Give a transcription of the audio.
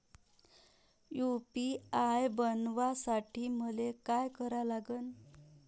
UPI बनवासाठी मले काय करा लागन?